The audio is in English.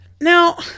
Now